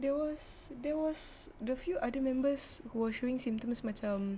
there was there was the few other members who are showing symptoms macam